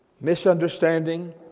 misunderstanding